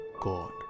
God